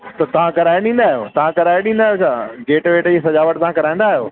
त तव्हां कराए ॾींदा आहियो तव्हां कराए ॾींदा आयो छा गेट वेट जी सजावट तव्हां कराईंदा आयो